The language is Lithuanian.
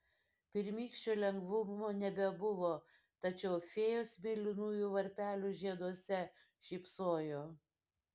pirmykščio lengvumo nebebuvo tačiau fėjos mėlynųjų varpelių žieduose šypsojo